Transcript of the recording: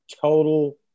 total